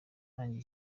ntangiye